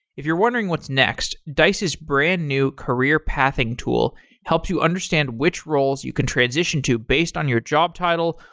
if you're wondering what's next, dice's brand new career pathing tool helps you understand which roles you can transition to based on your job title,